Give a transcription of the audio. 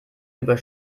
über